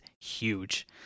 huge